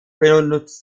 benutzt